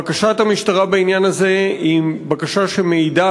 בקשת המשטרה בעניין הזה היא בקשה שמעידה